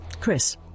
Chris